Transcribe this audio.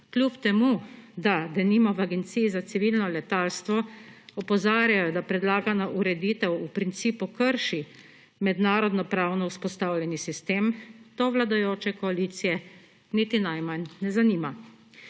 kljub temu da denimo v agenciji za civilno letalstvo opozarjajo, da predlagana ureditev v principu krši mednarodnopravno vzpostavljen sistem, to vladajoče koalicije niti najmanj ne zanima.